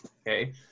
Okay